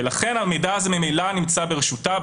ולכן ממילא המידע הזה נמצא ברשותה,